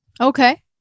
Okay